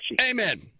Amen